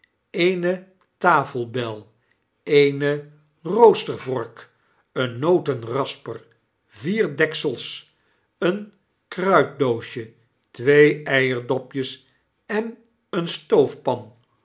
eene tafelbel eene roostervork een notenrasper vier deksels een kruiddoosje twee eierdopjes en eenestoofpan